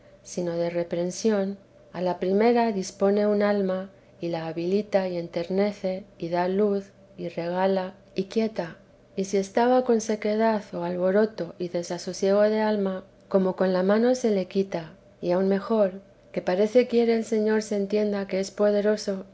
sino de reprensión a la primera dispone un alma y la habilita y enternece y da luz y regala y quieta y si estaba con sequedad o alboroto y desasosiego de alma como con la mano se le quita y aun mejor que parece quiere el señor se entienda que es poderoso